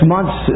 months